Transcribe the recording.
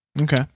Okay